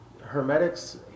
Hermetics